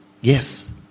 Yes